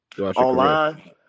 Online